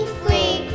free